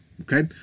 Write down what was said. Okay